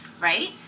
right